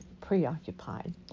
preoccupied